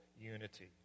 unity